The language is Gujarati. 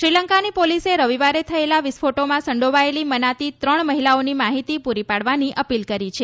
શ્રીલંકાની પોલીસે રવિવારે થયેલા વિસ્ફોટોમાં સંડોવાયેલી મનાતી ત્રણ મહિલાઓની માહિતી પ્રરી પાડવાની અપીલ કરી છે